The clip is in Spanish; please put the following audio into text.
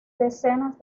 decenas